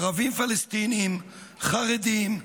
ערבים פלסטינים, חרדים,